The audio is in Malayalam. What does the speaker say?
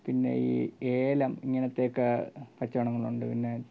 പിന്നെ ഈ ഏലം ഇങ്ങനത്തെയൊക്കെ കച്ചവടങ്ങളുണ്ട് പിന്നെ